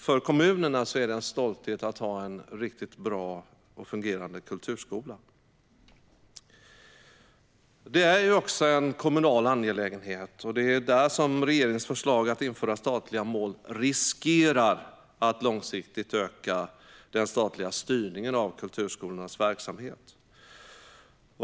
För kommunerna är det en stolthet att ha en riktigt bra och fungerande kulturskola. Det är ju också en kommunal angelägenhet. Det är där som regeringens förslag att införa statliga mål riskerar att långsiktigt öka den statliga styrningen av kulturskolornas verksamhet.